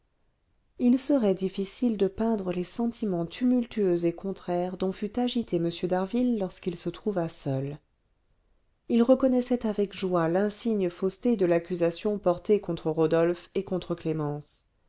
il serait difficile de peindre les sentiments tumultueux et contraires dont fut agité m d'harville lorsqu'il se trouva seul il reconnaissait avec joie l'insigne fausseté de l'accusation portée contre rodolphe et contre clémence